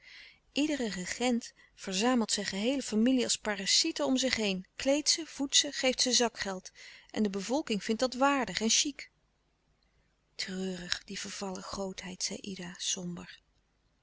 iedere regent verzamelt zijn geheele familie als parasiten om zich heen kleedt ze voedt ze geeft ze zakgeld en de bevolking vindt dat waardig en chic treurig die vervallen grootheid zei ida somber